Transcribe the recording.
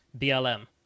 BLM